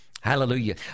Hallelujah